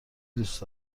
دوست